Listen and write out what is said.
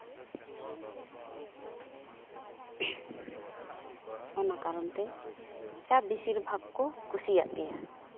ᱚᱱᱟ ᱠᱟᱨᱚᱱ ᱛᱮ ᱪᱟ ᱵᱮᱥᱤᱨ ᱵᱷᱟᱜᱽ ᱠᱚ ᱠᱩᱥᱤᱭᱟᱜ ᱜᱮᱭᱟ